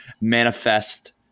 manifest